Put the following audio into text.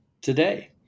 today